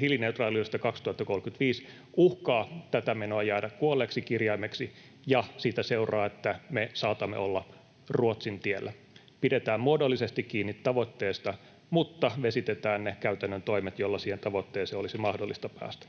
hiilineutraaliudesta 2035 uhkaa tätä menoa jäädä kuolleeksi kirjaimeksi, ja siitä seuraa, että me saatamme olla Ruotsin tiellä: pidetään muodollisesti kiinni tavoitteesta mutta vesitetään ne käytännön toimet, joilla siihen tavoitteeseen olisi mahdollista päästä.